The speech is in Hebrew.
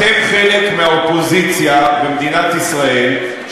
אתם חלק מהאופוזיציה במדינת ישראל,